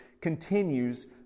continues